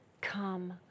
come